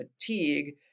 fatigue